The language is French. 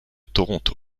toronto